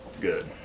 good